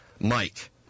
Mike